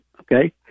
okay